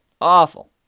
Awful